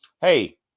Hey